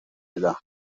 میدن